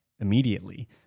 immediately